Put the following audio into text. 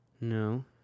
No